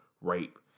rape